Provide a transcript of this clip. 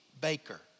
baker